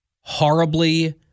horribly